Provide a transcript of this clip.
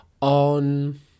on